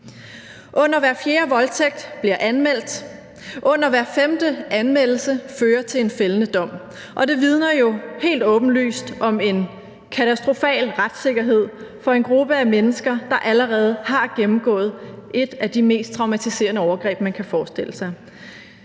Under hver fjerde voldtægt bliver anmeldt. Under hver femte anmeldelse fører til en fældende dom. Og det vidner jo helt åbenlyst om en katastrofal retssikkerhed for en gruppe af mennesker, der allerede har gennemgået et af de mest traumatiserende overgreb, man kan forestille sig.